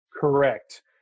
Correct